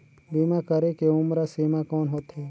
बीमा करे के उम्र सीमा कौन होथे?